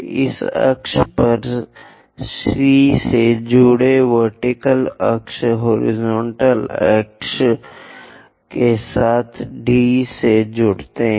इस अक्ष पर C से जुड़ें वर्टिकल अक्ष हॉरिजॉन्टल अक्ष के साथ D से जुड़ते हैं